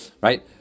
right